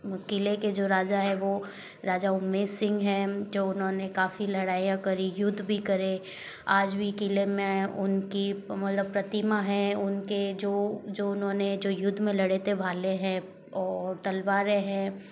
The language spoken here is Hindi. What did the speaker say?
किले के जो राजा है वो राजा उमेर सिंह हैं जो उन्होंने काफ़ी लड़ाइयाँ करी युद्ध भी करे आज भी किले में उनकी मतलब प्रतिमा है उनके जो जो उन्होंने जो युद्ध में लड़े थे भाले हैं और तलवारें हैं